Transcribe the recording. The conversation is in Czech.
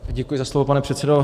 Děkuji za slovo, pane předsedo.